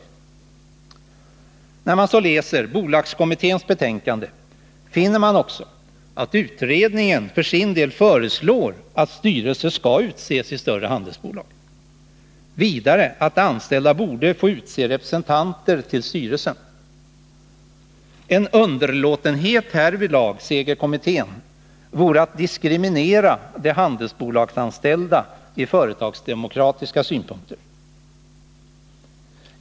När man så läser bolagskommitténs betänkande, finner man också att utredningen för sin del föreslår att styrelse skall utses i större handelsbolag, vidare att de anställda borde få utse representanter till styrelsen. En underlåtenhet härvidlag, säger kommittén, vore att diskriminera de handelsbolagsanställda från företagsdemokratiska synpunkter.